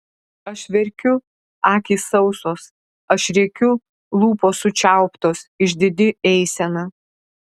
aš verkiu akys sausos aš rėkiu lūpos sučiauptos išdidi eisena